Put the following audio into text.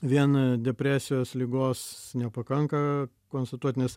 vien depresijos ligos nepakanka konstatuot nes